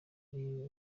ari